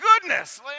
goodness